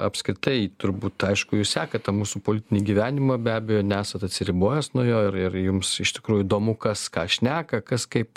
apskritai turbūt aišku jūs sekate mūsų politinį gyvenimą be abejo nesat atsiribojęs nuo jo ir ir jums iš tikrųjų įdomu kas ką šneka kas kaip